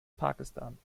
pakistan